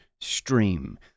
stream